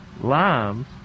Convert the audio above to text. limes